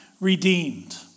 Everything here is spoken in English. redeemed